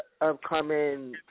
upcoming